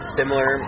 similar